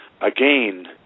again